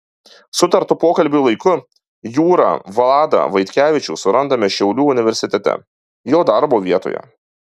sutartu pokalbiui laiku jūrą vladą vaitkevičių surandame šiaulių universitete jo darbo vietoje